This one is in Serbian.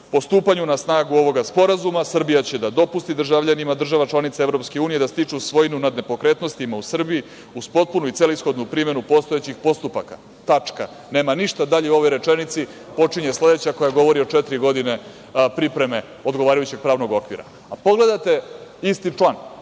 postupanju na snagu ovog Sporazuma, Srbija će da dopusti državljanima članica EU da stiču svojinu nad nepokretnostima u Srbiji uz potpunu i celishodnu primenu postojećih postupaka. Nema ništa dalje u ovoj rečenici. Počinje sledeća koja govori o četiri godine pripreme odgovarajućeg pravnog okvira. Pogledajte isti član,